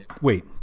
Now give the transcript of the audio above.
wait